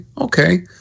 Okay